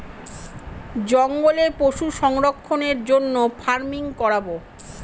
জঙ্গলে পশু সংরক্ষণের জন্য ফার্মিং করাবো